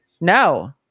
No